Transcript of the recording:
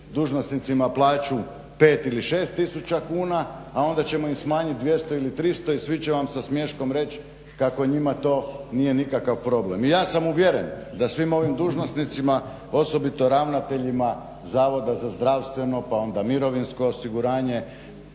dužnosnicima plaću 5 ili 6 tisuća kuna, a onda ćemo im smanjiti 200 ili 300 i svi će vam sa smiješkom reći kako njima to nije nikakav problem. I ja sam uvjeren da svim ovim dužnosnicima, osobito ravnateljima Zavoda za zdravstveno pa onda mirovinsko osiguranje